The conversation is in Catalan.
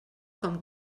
com